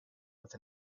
with